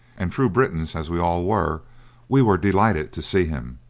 and true britons as we all were we were delighted to see him.